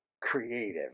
creative